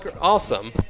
awesome